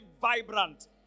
vibrant